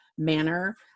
manner